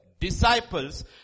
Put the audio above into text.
disciples